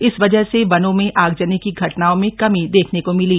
इस वजह से वनों में आगजनी की घटनाओं में कमी देखने को मिली